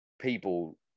people